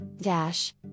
dash